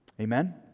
Amen